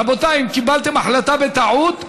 רבותיי, אם קיבלתם החלטה בטעות,